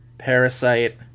Parasite